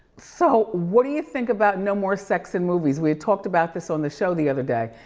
so, what do you think about no more sex in movies? we had talked about this on the show the other day.